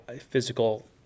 physical